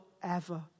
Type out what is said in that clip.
forever